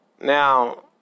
Now